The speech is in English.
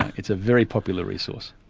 it's a very popular resource.